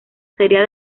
sería